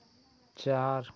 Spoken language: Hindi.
चार